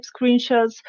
screenshots